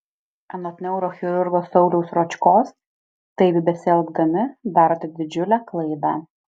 anot neurochirurgo sauliaus ročkos taip besielgdami darote didžiulę klaidą